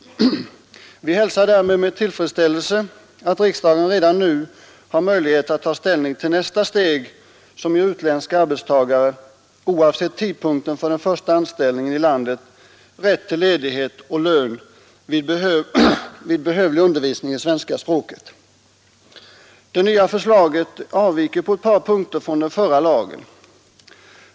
Vi hälsar därför med tillfredsställelse att riksdagen redan nu har möjlighet att ta ställning till nästa steg som ger utländska arbetstagare — oavsett tidpunkten för den första anställningen i landet — rätt till ledighet och lön vid behövlig undervisning i svenska språket. Det nya förslaget avviker på ett par punkter från den förra lagen.